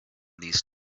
these